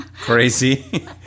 crazy